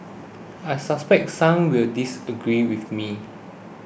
I suspect some will disagree with me